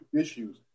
issues